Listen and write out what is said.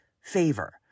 favor